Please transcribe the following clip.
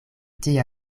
tia